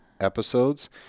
episodes